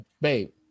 Babe